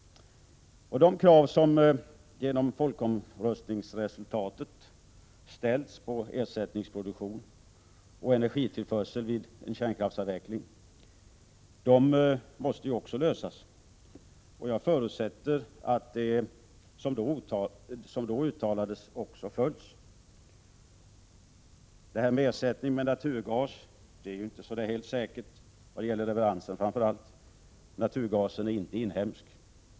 10 december 1987 De krav som genom folkomröstningsresultatet ställdes på ersättningspro = ma duktion och energitillförsel vid en kärnkraftsavveckling måste ju också tillgodoses, och jag förutsätter att det som då uttalades också följs. Att ersätta kärnkraften med naturgas är inte så helt säkert framför allt vad gäller leveranser — naturgas är inte inhemsk.